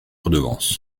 redevance